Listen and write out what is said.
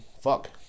Fuck